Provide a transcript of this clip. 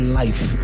life